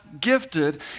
gifted